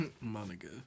Monica